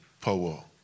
power